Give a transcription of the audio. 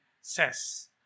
says